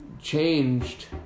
changed